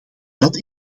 dit